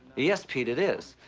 yes, pete, it is.